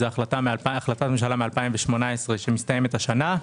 זה החלטת ממשלה מ-2018 שמסתיימת השנה.